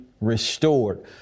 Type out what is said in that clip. restored